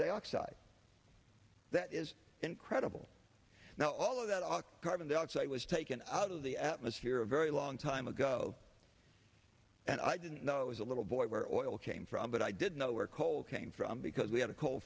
dioxide that is incredible now all of that auk carbon dioxide was taken out of the atmosphere a very long time ago and i didn't know it was a little boy where oil came from but i didn't know where coal came from because we had a co